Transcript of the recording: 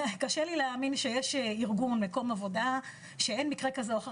קשה לי להאמין שיש ארגון או מקום עבודה שאין מקרה כזה או אחר.